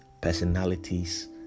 Personalities